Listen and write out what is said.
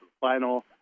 final